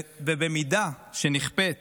ובמידה שנכפית